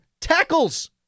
tackles